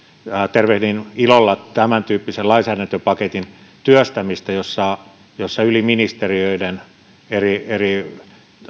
tervehdin ilolla tämän tyyppisen lainsäädäntöpaketin työstämistä jossa yli ministeriöiden eri eri